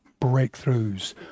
breakthroughs